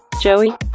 Joey